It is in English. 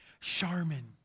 Charmin